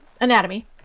Anatomy